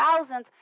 thousands